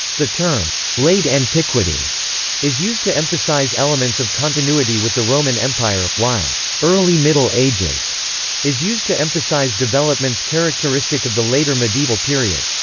the term late antiquity is used to emphasize elements of continuity with the roman empire, while early middle ages is used to emphasize developments characteristic of the later medieval period.